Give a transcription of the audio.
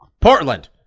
Portland